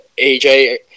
AJ